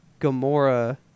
Gamora